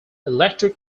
electric